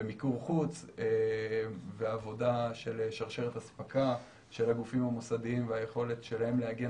במיקור חוץ ועבודה של שרשרת אספקה של הגופים המוסדיים והיכולת שלהם להגן